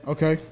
Okay